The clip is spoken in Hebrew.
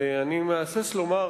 ואני מהסס לומר,